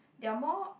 they are more